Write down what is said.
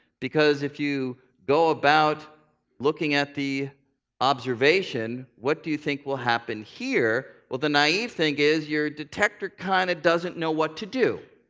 because if you go about looking at the observation, what do you think will happen here? well the naive thing is, your detector kind of doesn't know what to do.